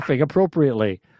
appropriately